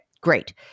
great